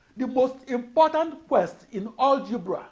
the most important quest in algebra